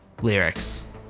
lyrics